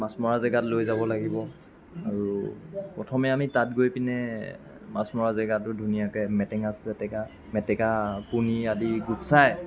মাছ মৰা জেগাত লৈ যাব লাগিব আৰু প্ৰথমে আমি তাত গৈ পিনে মাছ মৰা জেগাটো ধুনীয়াকৈ মেটেকা চেটেকা মেটেকা পুনী আদি গুচাই